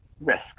risk